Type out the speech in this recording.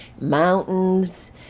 mountains